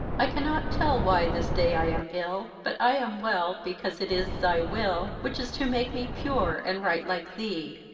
i cannot tell why this day i am ill but i am well because it is thy will which is to make me pure and right like thee.